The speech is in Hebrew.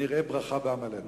נראה ברכה בעמלנו.